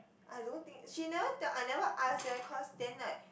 I don't think she never tell I never ask eh cause then like